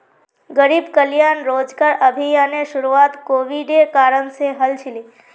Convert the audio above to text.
गरीब कल्याण रोजगार अभियानेर शुरुआत कोविडेर कारण से हल छिले